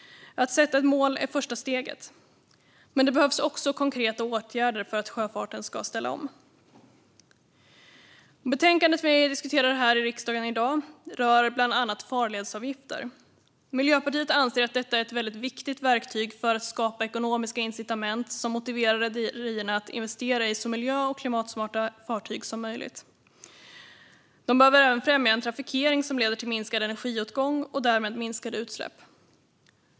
Att sätta ett mål är första steget. Men det behövs också konkreta åtgärder för att sjöfarten ska ställa om. Betänkandet som vi debatterar här i riksdagen i dag rör bland annat farledsavgifter. Miljöpartiet anser att detta är ett väldigt viktigt verktyg för att skapa ekonomiska incitament som motiverar rederierna att investera i så miljö och klimatsmarta fartyg som möjligt. De behöver även främja en trafikering som leder till minskad energiåtgång och därmed minskade utsläpp.